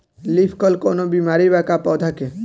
Leaf curl कौनो बीमारी बा का पौधा के?